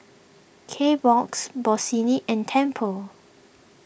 Kbox Bossini and Tempur